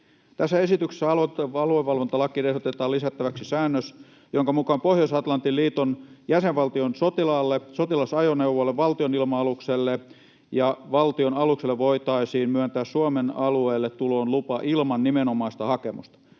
Tässä esityksessä aluevalvontalakiin ehdotetaan lisättäväksi säännös, jonka mukaan Pohjois-Atlantin liiton jäsenvaltion sotilaalle, sotilasajoneuvolle, valtionilma-alukselle ja valtionalukselle voitaisiin myöntää Suomen alueelle tuloon lupa ilman nimenomaista hakemusta.